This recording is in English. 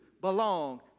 belong